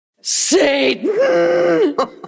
Satan